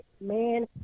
man